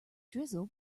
drizzle